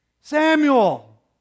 Samuel